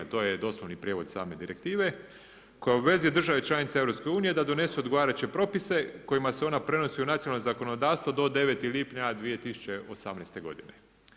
To je doslovni prijevod same direktive koja obvezuje države članice EU da donesu odgovarajuće propise kojima se ona prenosi u nacionalno zakonodavstvo do 9. lipnja 2018. godine.